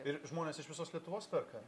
ir žmonės iš visos lietuvos perka